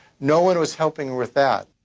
no one was helping with that.